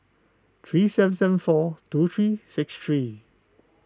three seven seven four two three six three